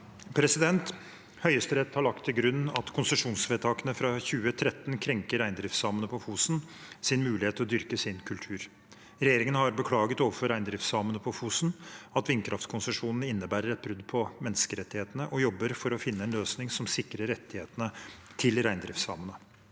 Høyesterett har lagt til grunn at konsesjonsvedtakene fra 2013 krenker reindriftssamene på Fosens mulighet til å dyrke sin kultur. Regjeringen har beklaget overfor reindriftssamene på Fosen at vindkraftkonsesjonen innebærer et brudd på menneskerettighetene, og jobber for å finne en løsning som sikrer rettighetene til reindriftssamene.